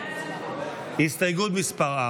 4,